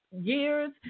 years